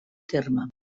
terme